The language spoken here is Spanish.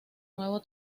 nuevo